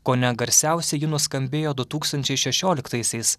kone garsiausiai ji nuskambėjo du tūkstančiai šešioliktaisiais